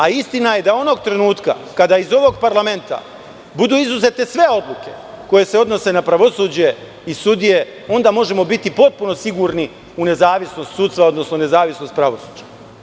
A istina je da onog trenutka, kada iz ovog parlamenta budu izuzete sve odluke koje se odnose na pravosuđe i sudije, onda možemo biti potpuno sigurni u nezavisnost sudstva, odnosno nezavisnost pravosuđa.